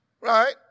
Right